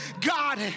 God